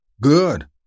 Good